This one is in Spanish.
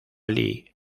lee